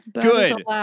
Good